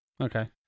okay